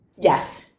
Yes